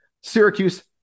Syracuse